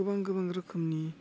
गोबां गोबां रोखोमनि